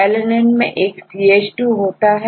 alanine में एकCH2 होता है